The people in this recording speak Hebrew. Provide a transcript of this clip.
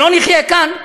שלא נחיה כאן?